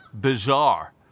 bizarre